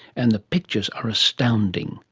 and the pictures are astounding.